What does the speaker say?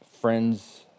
friends